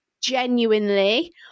genuinely